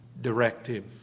directive